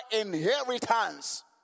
inheritance